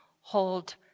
hold